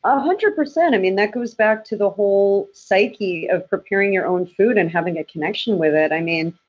um hundred percent. i mean, that goes back to the whole psyche of preparing your own food and having a connection with it. i mean,